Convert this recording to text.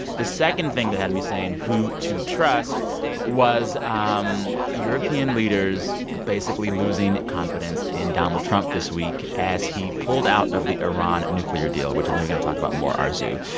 the second thing that had me saying who to trust was um european leaders basically losing confidence in donald trump this week as he pulled out of the iran nuclear deal, which i know you're going to talk about more, arezou.